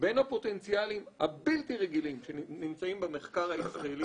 בין הפוטנציאלים הבלתי רגילים שנמצאים במחקר הישראלי